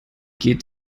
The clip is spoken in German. geht